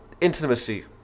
intimacy